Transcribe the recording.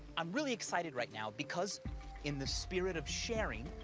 i'm really excited right now, because in the spirit of sharing,